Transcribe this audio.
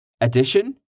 addition